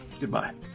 goodbye